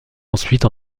ensuite